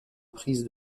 prise